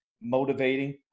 motivating